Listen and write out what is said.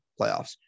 playoffs